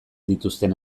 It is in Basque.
dituzten